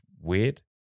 weird